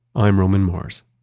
i'm roman mars